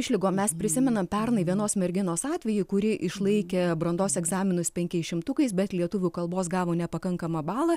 išlygom mes prisimenam pernai vienos merginos atvejį kuri išlaikė brandos egzaminus penkiais šimtukais bet lietuvių kalbos gavo nepakankamą balą